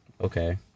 okay